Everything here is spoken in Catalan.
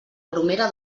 bromera